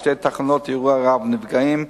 שתי תחנות אירוע רב-נפגעים,